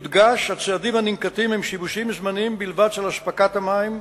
יודגש שהצעדים הננקטים הם שיבושים זמניים בלבד של אספקת המים,